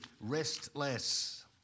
restless